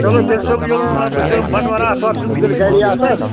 چَلو تیٚلہِ چھُسَو بہٕ یِم بہٕ چھُسو بٹہٕ وار آتھوار چھُس بہٕ تیٚلہِ گَری آسان